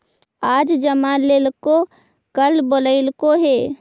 आज जमा लेलको कल बोलैलको हे?